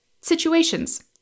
situations